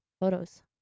photos